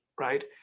right